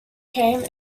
came